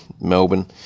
Melbourne